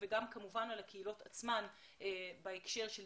וגם כמובן על הקהילות עצמן בהקשר של